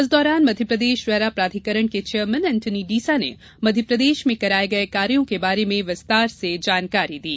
इस दौरान मध्यप्रदेश रेरा प्राधिकरण के चेयरमेन एन्टोनी डिसा ने मध्यप्रदेश में कराये गये कार्यो के बारे में विस्तार से जानकारी दी